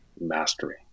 mastery